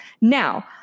Now